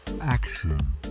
action